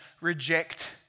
reject